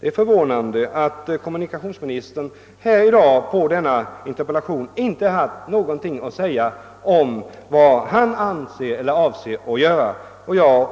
Det förvånar mig alltså att kommunikationsministern i sitt interpellationssvar i dag inte haft något att säga om vad han avser att göra i detta avseende. Jag